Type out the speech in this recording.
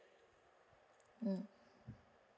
mm